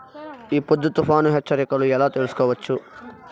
ఈ పొద్దు తుఫాను హెచ్చరికలు ఎలా తెలుసుకోవచ్చు?